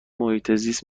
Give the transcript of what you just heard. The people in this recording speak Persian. محیطزیست